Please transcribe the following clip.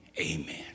Amen